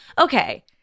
Okay